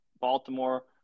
Baltimore –